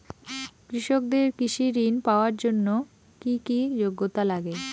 কৃষকদের কৃষি ঋণ পাওয়ার জন্য কী কী যোগ্যতা লাগে?